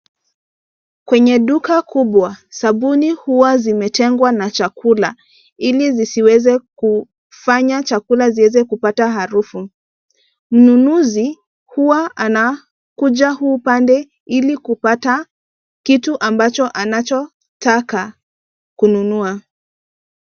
Kwenye duka kubwa, sabuni huwa vimetengwa na chakula ili zisiweze kufanya chakula ziweze kupata harufu. Mnunuzi huwa anakuja huu upande ili kupata kitu ambacho anachotaka kununua.